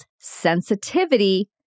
sensitivity